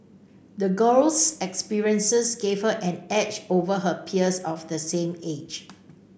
the girl's experiences gave her an edge over her peers of the same age